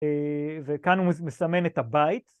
מה קורה